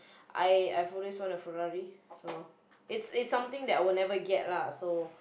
I I've always want a Ferrari so it's it's something that I will never get lah so